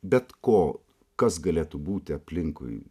bet ko kas galėtų būti aplinkui